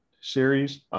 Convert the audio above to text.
series